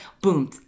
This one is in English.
boom